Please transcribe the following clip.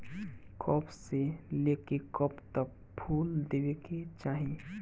कब से लेके कब तक फुल देवे के चाही?